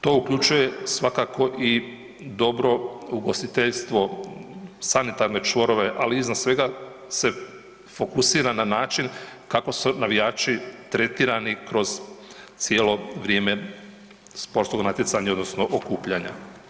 To uključuje svakako i dobro ugostiteljstvo, sanitarne čvorove, ali izvan svega se fokusira na način kako se navijači tretirani kroz cijelo vrijeme sportskog natjecanja odnosno okupljanja.